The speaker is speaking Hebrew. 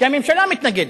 כי הממשלה מתנגדת,